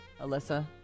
Alyssa